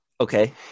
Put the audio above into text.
Okay